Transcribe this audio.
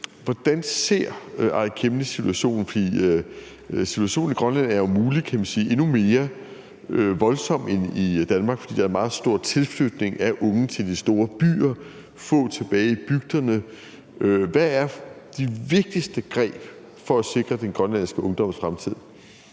Hvordan ser Aaja Chemnitz situationen? Situationen i Grønland er jo, kan man sige, om muligt endnu voldsommere end i Danmark, fordi der er meget stor tilflytning af unge til de store byer og få tilbage i bygderne. Hvad er de vigtigste greb for at sikre den grønlandske ungdoms fremtid?